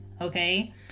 okay